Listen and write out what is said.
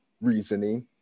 reasoning